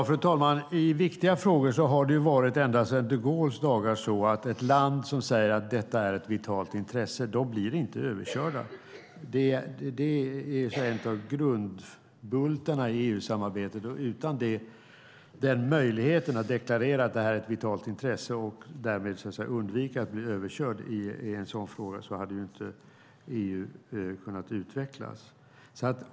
Fru talman! I viktiga frågor har det ända sedan de Gaulles dagar varit så att om ett land säger att någonting är ett vitalt intresse blir landet inte överkört. Det är en av grundbultarna i EU-samarbetet. Utan möjligheten att deklarera att något är ett vitalt intresse, och därmed undvika att bli överkörd i en sådan fråga, hade EU inte kunnat utvecklas.